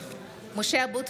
(קוראת בשמות חברי הכנסת) משה אבוטבול,